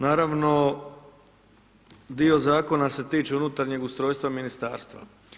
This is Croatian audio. Naravno, dio Zakona se tiče unutarnjeg ustrojstva Ministarstva.